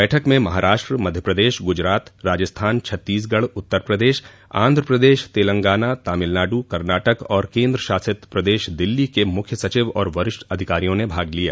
बैठक में महाराष्ट्र मध्य प्रदेश गुजरात राजस्थान छत्तीसगढ़ उत्तर प्रदेश आंध्र प्रदेश तेलंगाना तमिलनाडु कर्नाटक और केंद्र शासित प्रदेश दिल्ली के मुख्य सचिव और वरिष्ठ अधिकारियों ने भाग लिया